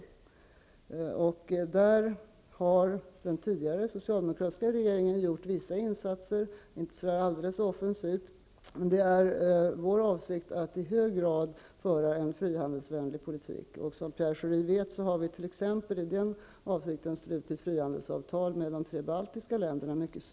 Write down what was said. Därvidlag har den tidigare, socialdemokratiska regeringen gjort vissa insatser -- inte så alldeles offensivt. Men det är vår avsikt att i hög grad föra en frihandelsvänlig politik. Och som Pierre Schori vet har vi t.ex. i den avsikten mycket snabbt slutit frihandelsavtal med de tre baltiska länderna.